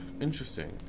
Interesting